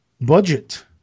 Budget